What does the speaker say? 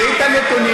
תקראי את הנתונים.